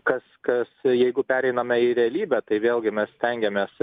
kas kas jeigu pereiname į realybę tai vėlgi mes stengiamės